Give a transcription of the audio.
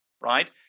right